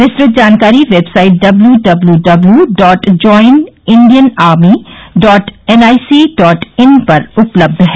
विस्तृत जानकारी website W W W dot join Indian army dot NIC dot in पर उपलब्य है